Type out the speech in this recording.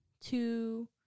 two